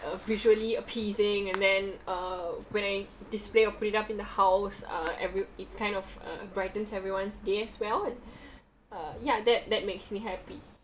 uh visually appeasing and then uh when I display or put it up in the house uh every it kind of uh brightens everyone's day as well uh ya that that makes me happy